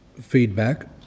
feedback